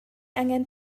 angen